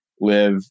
live